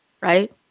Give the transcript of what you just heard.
right